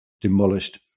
demolished